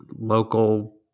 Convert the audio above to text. local